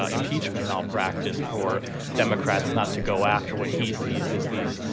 ah impeachment, malpractice for democrats not to go after what he sees as these,